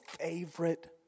favorite